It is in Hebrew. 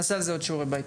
נעשה על זה עוד שיעורי בית,